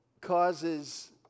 causes